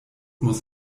muss